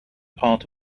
part